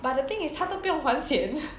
but the thing is 他都不用还钱